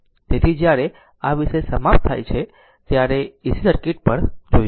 તેથી જ્યારે આ વિષય સમાપ્ત થાય છે ત્યારે ac સર્કિટ પર જશે